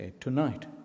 tonight